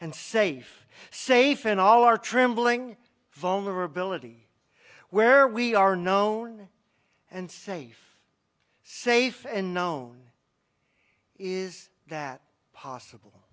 and safe safe in all our trembling vulnerability where we are known and safe safe and known is that possible